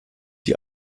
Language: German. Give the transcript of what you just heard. die